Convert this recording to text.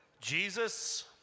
Jesus